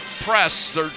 press